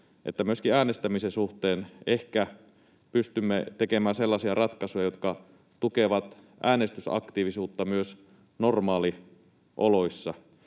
niin myöskin äänestämisen suhteen ehkä pystymme tekemään sellaisia ratkaisuja, jotka tukevat äänestysaktiivisuutta myös normaalioloissa.